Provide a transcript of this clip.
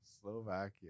Slovakia